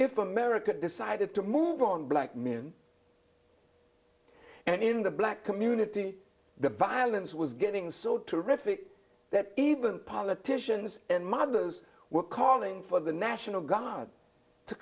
if america decided to move on black men and in the black community the violence was getting so terrific that even politicians and mothers were calling for the national guard to